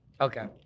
Okay